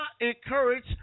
encourage